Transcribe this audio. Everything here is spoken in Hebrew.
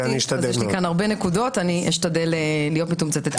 יש לי הרבה נקודות אז אשתדל להיות מתומצתת.